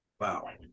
Wow